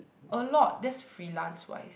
a lot that's freelance wise